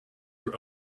your